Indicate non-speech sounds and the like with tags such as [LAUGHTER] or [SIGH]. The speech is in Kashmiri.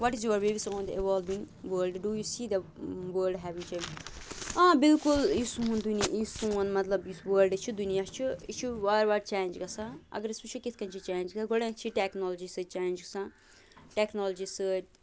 what is your views on the evolving world do you see the world heavy [UNINTELLIGIBLE] آ بِلکُل یہِ سون دُنیا یُس سون مطلب یُس ؤرلٕڈ چھُ دُنیا چھُ یہِ چھُ وارٕ وارٕ چینٛج گَژھان اَگر أسۍ وُچھو کِتھٕ کٔنۍ چھُ چینج گَژھان گۄڈٕنٮ۪تھ چھِ ٹیٚکنالجی سٟتۍ چینٛج گَژھان ٹیٚکنالجی سٟتۍ